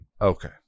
Okay